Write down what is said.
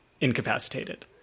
incapacitated